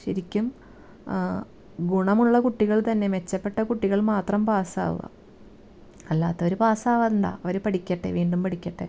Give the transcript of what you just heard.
ശരിക്കും ഗുണമുള്ള കുട്ടികൾ തന്നെ മെച്ചപ്പെട്ട കുട്ടികൾ മാത്രം പാസ് ആവുക അല്ലാത്തവർ പാസ് ആവേണ്ട അവർ പഠിക്കട്ടെ വീണ്ടും പഠിക്കട്ടെ